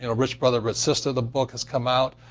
and rich brother rich sister, the book, has come out.